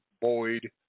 Boyd